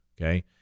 Okay